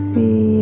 See